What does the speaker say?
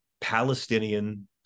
Palestinian